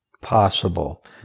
possible